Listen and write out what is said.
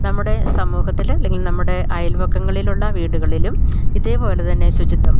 നമ്മുടെ സമൂഹത്തില് അല്ലെങ്കിൽ നമ്മുടെ അയൽവക്കങ്ങളിലുള്ള വീടുകളിലും ഇതേപോലെ തന്നെ ശുചിത്വം